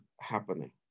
happening